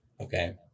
Okay